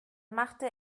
machte